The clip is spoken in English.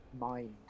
Mind